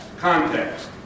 context